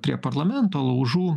prie parlamento laužų